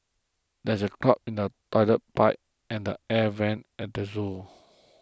there is a clog in the Toilet Pipe and the Air Vents at the zoo